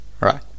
right